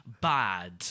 bad